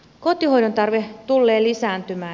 kotihoidon tarve tullee lisääntymään